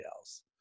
else